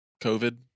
covid